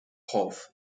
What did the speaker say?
half